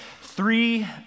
three